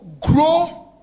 grow